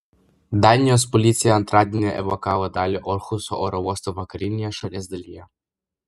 danijos policija antradienį evakavo dalį orhuso oro uosto vakarinėje šalies dalyje